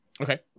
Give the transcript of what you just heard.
Okay